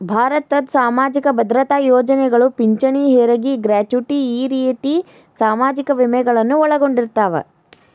ಭಾರತದ್ ಸಾಮಾಜಿಕ ಭದ್ರತಾ ಯೋಜನೆಗಳು ಪಿಂಚಣಿ ಹೆರಗಿ ಗ್ರಾಚುಟಿ ಈ ರೇತಿ ಸಾಮಾಜಿಕ ವಿಮೆಗಳನ್ನು ಒಳಗೊಂಡಿರ್ತವ